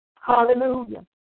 Hallelujah